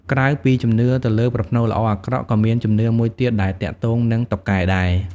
ក្រៅពីជំនឿទៅលើប្រផ្នូលល្អអាក្រក់ ក៏មានជំនឿមួយទៀតដែលទាក់ទងនឹងតុកែដែរ។